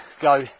go